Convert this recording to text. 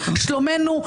שלומנו,